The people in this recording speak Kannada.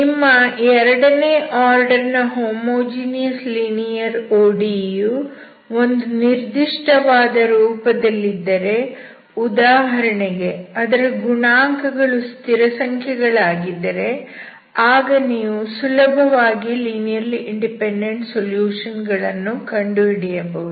ನಿಮ್ಮ ಎರಡನೇ ಆರ್ಡರ್ ನ ಹೋಮೋಜೀನಿಯಸ್ ಲೀನಿಯರ್ ODE ಯು ಒಂದು ನಿರ್ದಿಷ್ಟವಾದ ರೂಪದಲ್ಲಿದ್ದರೆ ಉದಾಹರಣೆಗೆ ಅದರ ಗುಣಾಂಕ ಗಳು ಸ್ಥಿರಸಂಖ್ಯೆ ಗಳಾಗಿದ್ದರೆ ಆಗ ನೀವು ಸುಲಭವಾಗಿ ಲೀನಿಯರ್ಲಿ ಇಂಡಿಪೆಂಡೆಂಟ್ ಸೊಲ್ಯೂಷನ್ ಗಳನ್ನು ಕಂಡುಹಿಡಿಯಬಹುದು